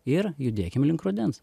ir judėkim link rudens